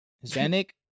Hispanic